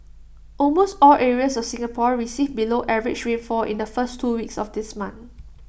almost all areas of Singapore received below average rainfall in the first two weeks of this month